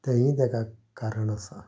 तेंवूय ताका कारण आसा